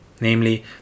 namely